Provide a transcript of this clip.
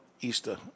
Easter